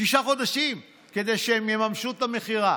שישה חודשים כדי שיממשו את המכירה.